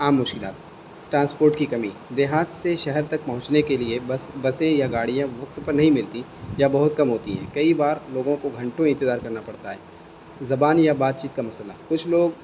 عام مشکلات ٹرانسپورٹ کی کمی دیہات سے شہر تک پہنچنے کے لیے بس بسیں یا گاڑیاں وقت پر نہیں ملتی یا بہت کم ہوتی ہیں کئی بار لوگوں کو گھنٹوں انتظار کرنا پڑتا ہے زبان یا بات چیت کا مسئلہ کچھ لوگ